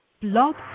Blog